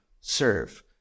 serve